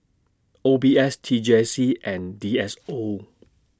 O B S T J C and D S O